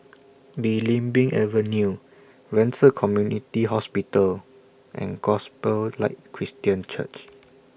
Belimbing Avenue Ren Ci Community Hospital and Gospel Light Christian Church